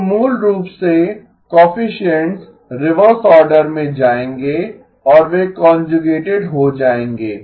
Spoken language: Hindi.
तो मूल रूप से कोएफिसिएन्ट्स रिवर्स ऑर्डर में जाएंगे और वे कांजुगेटेड हो जाएंगे